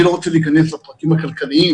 אני לא רוצה להיכנס לפרטים הכלכליים